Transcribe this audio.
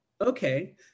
Okay